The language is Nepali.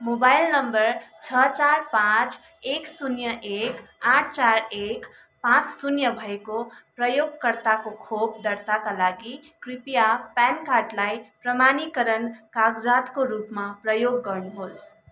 मोबाइल नम्बर छ चार पाँच एक शून्य एक आठ चार एक पाँच शून्य भएको प्रयोगकर्ताको खोप दर्ताका लागि कृपया प्यान कार्डलाई प्रमाणीकरण कागजातको रूपमा प्रयोग गर्नुहोस्